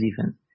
defense